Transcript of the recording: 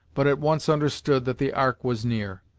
but at once understood that the ark was near.